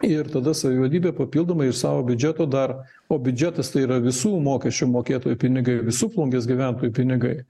ir tada savivaldybė papildomai iš savo biudžeto dar o biudžetas tai yra visų mokesčių mokėtojų pinigai visų plungės gyventojų pinigai